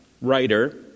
writer